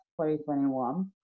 2021